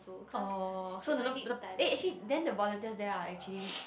orh so the eh actually then the volunteers there are actually